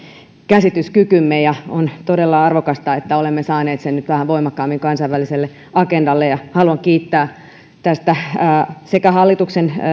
käsityskykymme on todella arvokasta että olemme saaneet sen nyt vähän voimakkaammin kansainväliselle agendalle haluan kiittää sekä hallituksen